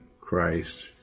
christ